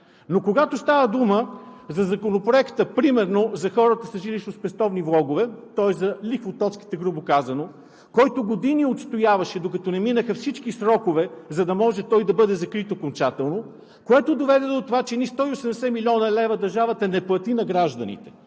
Но когато става дума за Законопроекта, примерно, за хората с жилищно-спестовни влогове, тоест за лихвоточките, грубо казано, който години отстояваше, докато не минаха всички срокове, за да може той да бъде закрит окончателно, което доведе до това, че едни 180 млн. лв. държавата не плати на гражданите.